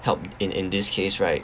help in in this case right